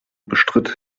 bestritt